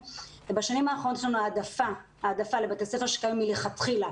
בשנים האחרונות יש לנו העדפה לבתי ספר שצומחים מלכתחילה,